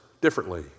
differently